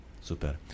Super